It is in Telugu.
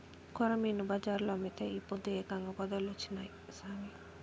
కొరమీను బజార్లో అమ్మితే ఈ పొద్దు ఏకంగా పదేలొచ్చినాయి సామి